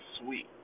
sweet